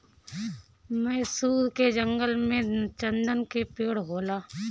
मैसूर के जंगल में चन्दन के पेड़ होला